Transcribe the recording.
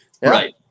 Right